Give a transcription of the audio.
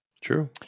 True